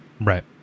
Right